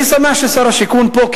אני שמח ששר השיכון פה,